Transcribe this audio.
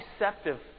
receptive